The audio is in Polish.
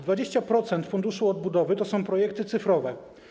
20% Funduszu Odbudowy to są projekty cyfrowe.